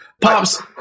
Pops